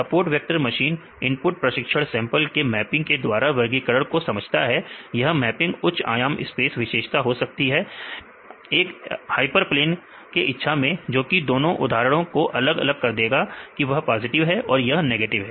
support vector machine input प्रशिक्षण sample के mapping के द्वारा वर्गीकरण को समझता है यह मैपिंग उच्च आयाम स्पेस विशेषता हो सकती एक हाइपरप्लेन के इच्छा में जोकि दोनों उदाहरणों को अलग अलग कर देगा की वह पॉजिटिव है या नेगेटिव